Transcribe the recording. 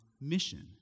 mission